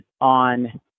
on